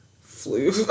flu